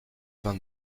vingt